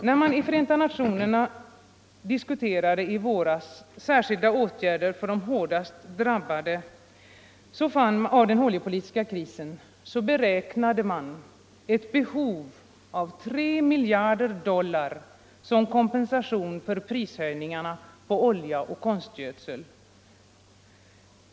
När man i FN i våras diskuterade särskilda åtgärder för de av den oljepolitiska krisen hårdast drabbade beräknade man ett behov av 3 miljarder dollar som kompensation för prishöjningarna på olja och konstgödsel.